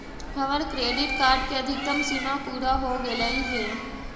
हमर credit card के अधिकतम सीमा पूरा हो गेलई हे